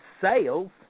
sales